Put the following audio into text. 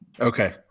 Okay